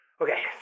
okay